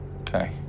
Okay